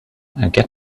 get